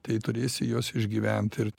tai turėsi juos išgyvent ir